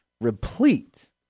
replete